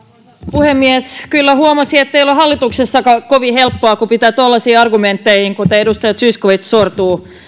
puhemies kyllä huomasi että ei ole hallituksessakaan kovin helppoa kun pitää tuollaisiin argumentteihin kuten oli edustaja zyskowiczilla sortua